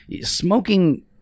smoking